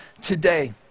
today